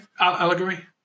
Allegory